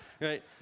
right